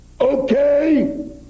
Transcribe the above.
Okay